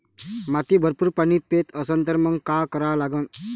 माती भरपूर पाणी पेत असन तर मंग काय करा लागन?